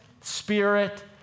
Spirit